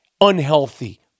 unhealthy